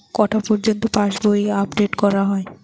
কটা পযর্ন্ত পাশবই আপ ডেট করা হয়?